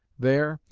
there,